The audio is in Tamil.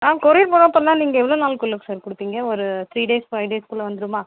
ஆ கொரியர் மூலமா பண்ணா நீங்கள் எவ்வளோ நாளுக்குள்ளே சார் கொடுப்பீங்க ஒரு த்ரீ டேஸ் ஃபைவ் டேஸ்க்குள்ளே வந்துவிடுமா